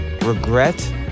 regret